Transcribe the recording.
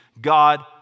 God